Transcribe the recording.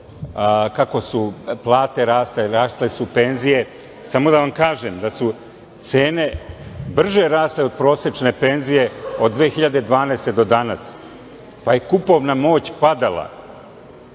kako su plate rasle, rasle su penzije. Samo da vam kažem da su cene brže rasle od prosečne penzije od 2012. godine do danas, pa je kupovna moć padala.